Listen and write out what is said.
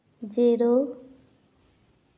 zero